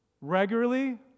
regularly